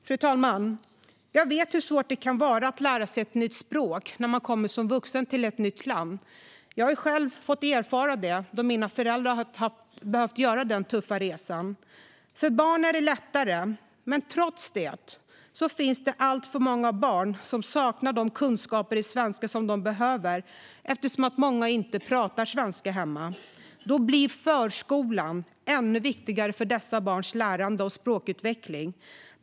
Fru talman! Jag vet hur svårt det kan vara att lära sig ett nytt språk när man kommer som vuxen till ett nytt land. Jag har själv fått erfara det då mina föräldrar behövde göra den tuffa resan. För barn är det lättare, men trots detta finns det alltför många barn som saknar de kunskaper i svenska som de behöver eftersom många inte pratar svenska hemma. Då blir förskolan ännu viktigare för dessa barns lärande och språkutveckling.